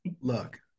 look